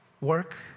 work